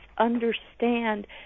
understand